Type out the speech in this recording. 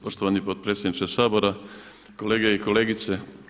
Poštovani potpredsjedniče Sabora, kolege i kolegice.